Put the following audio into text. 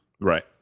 Right